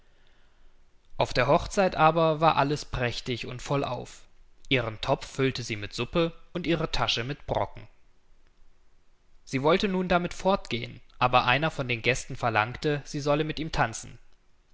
auf der hochzeit aber war alles prächtig und vollauf ihren topf füllte sie mit suppe und ihre tasche mit brocken sie wollte nun damit fortgehen aber einer von den gästen verlangte sie solle mit ihm tanzen